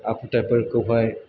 आखुथाइफोरखौहाय